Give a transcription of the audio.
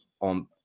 on